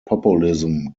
populism